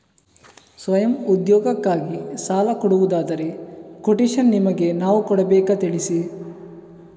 ಸ್ವಯಂ ಉದ್ಯೋಗಕ್ಕಾಗಿ ಸಾಲ ಕೊಡುವುದಾದರೆ ಕೊಟೇಶನ್ ನಿಮಗೆ ನಾವು ಕೊಡಬೇಕಾ ತಿಳಿಸಿ?